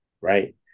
right